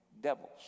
devils